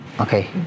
Okay